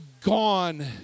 gone